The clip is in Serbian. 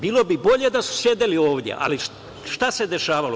Bilo bi bolje da su sedeli ovde, ali šta se dešavalo?